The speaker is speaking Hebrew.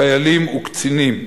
חיילים וקצינים,